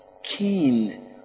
keen